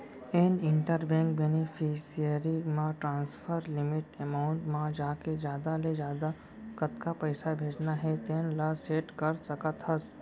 add inter bank beneficiary म transfer limit amount म जाके जादा ले जादा कतका पइसा भेजना हे तेन ल सेट कर सकत हस